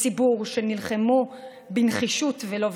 וציבור שנלחמו בנחישות ולא ויתרו.